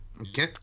Okay